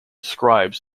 scribes